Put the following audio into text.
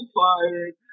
fired